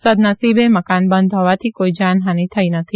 સદનસીબે મકાન બંધ હોવાથી કોઈ જાનહાની થઈ નથી